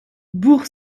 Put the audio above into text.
bourg